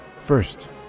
First